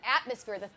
atmosphere